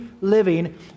living